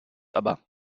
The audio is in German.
aber